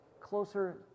closer